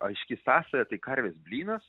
aiški sąsaja tai karvės blynas